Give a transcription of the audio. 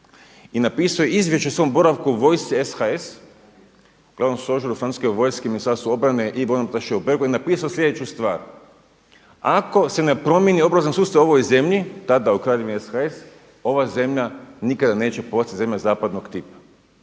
i napisao je izvješće o svom boravku u vojsci SHS, glavnom stožeru francuske vojske, Ministarstvu obrane i vojnom atašeu …/Govornik se ne razumije./… napisao je slijedeću stvar: „Ako se ne promijeni obrazovni sustav u ovoj zemlji“, tada u Kraljevini SHS „ova zemlja nikada neće postati zemlja zapadnog tipa.“